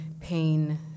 pain